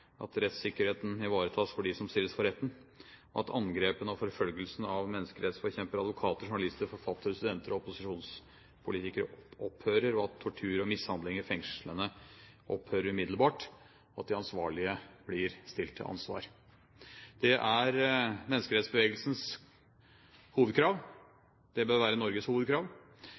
at rettssikkerheten ivaretas for dem som stilles for retten, at angrepene og forfølgelsen av menneskerettsforkjempere, advokater, journalister, forfattere, studenter og opposisjonspolitikere opphører, at tortur og mishandling i fengslene opphører umiddelbart, og at de ansvarlige blir stilt til ansvar. Det er menneskerettsbevegelsens hovedkrav, og det bør være Norges hovedkrav.